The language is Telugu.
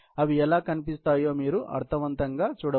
అవి ఎలా కనిపిస్తాయో మీరు అర్థవంతంగా చూడవచ్చు